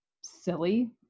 silly